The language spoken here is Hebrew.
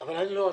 אבל לא ההצלחה.